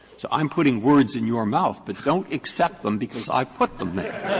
so i'm putting words in your mouth but don't accept them because i put them there.